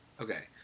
Okay